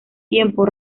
tiempo